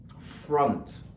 front